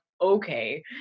okay